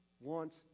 wants